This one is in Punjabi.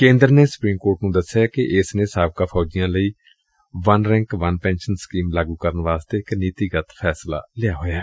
ਕੇਦਰ ਨੇ ਸੁਪਰੀਮ ਕੋਰਟ ਨੂੰ ਦਸਿਐ ਕਿ ਇਸ ਨੇ ਸਾਬਕਾ ਫੌਜੀਆ ਲਈ one rank one pension scheme ਲਾਗੁ ਕਰਨ ਵਾਸਤੇ ਇਕ ਨੀਤੀਗਤ ਫੈਸਲਾ ਲਿਐ